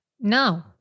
No